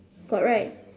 got right